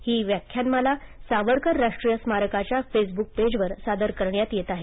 ही व्याख्यानमाला सावरकर राष्ट्रीय स्मारकाच्या फेसब्रुक पेजवर सादर करण्यात येत आहे